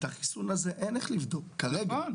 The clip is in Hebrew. את זה אין לנו איך לבדוק כרגע.